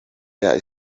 year